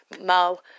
Mo